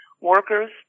workers